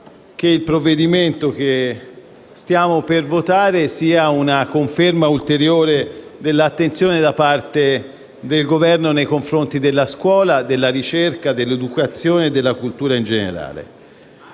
che il provvedimento che stiamo per votare sia una conferma ulteriore dell'attenzione da parte del Governo nei confronti della scuola, della ricerca, dell'educazione, della cultura in generale.